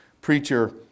preacher